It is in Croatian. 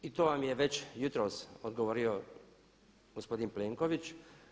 I to vam je već jutros odgovorio gospodin Plenković.